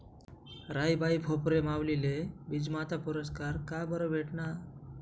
राहीबाई फोफरे माउलीले बीजमाता पुरस्कार काबरं भेटना?